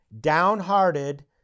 downhearted